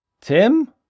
Tim